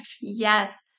Yes